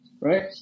right